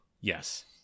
yes